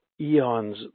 eons